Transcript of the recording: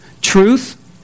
truth